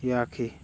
ꯌꯥꯈꯤ